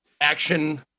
action